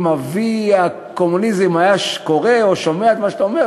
אם אבי הקומוניזם היה קורא או שומע את מה שאתה אומר,